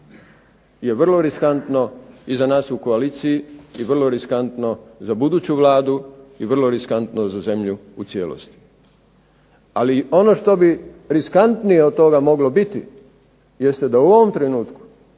je vrlo riskantno i za nas u koaliciji i vrlo riskantno za buduću Vladu i vrlo riskantno za zemlju u cijelosti. Ali ono što bi riskantnije od toga moglo biti, jeste da u ovom trenutku